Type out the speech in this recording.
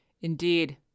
Indeed